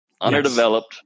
underdeveloped